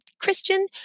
Christian